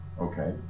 okay